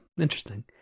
interesting